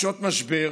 בשעות משבר